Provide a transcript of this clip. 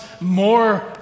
more